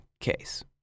case